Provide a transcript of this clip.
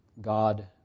God